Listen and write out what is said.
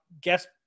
guest